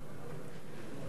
אדוני היושב-ראש,